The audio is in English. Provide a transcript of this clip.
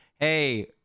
Hey